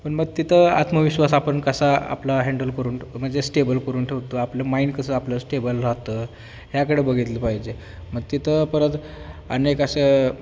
पण मग तिथं आत्मविश्वास आपण कसा आपला हँडल करून म्हणजे स्टेबल करून ठेवतो आपलं माईंड कसं आपलं स्टेबल राहतं ह्याकडे बघितलं पाहिजे मग तिथं परत अनेक अस